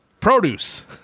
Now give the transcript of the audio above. produce